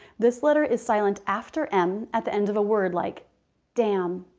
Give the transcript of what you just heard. this letter is silent after m at the end of a word like damn,